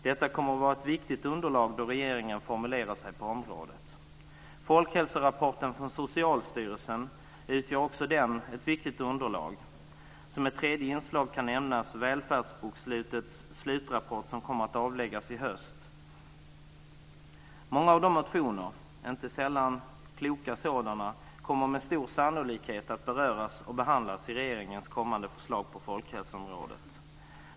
Detta kommer att vara ett viktigt underlag då regeringen formulerar sig på området. Folkhälsorapporten från Socialstyrelsen utgör också ett viktigt underlag på området. Som ett tredje inslag kan nämnas att kommittén Välfärdsbokslut över 1990-talet kommer att lägga fram en slutrapport i höst. Många motioner - inte sällan kloka sådana - kommer med stor sannolikhet att beröras och behandlas i regeringens kommande förslag på folkhälsoområdet.